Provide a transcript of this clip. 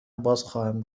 بازخواهم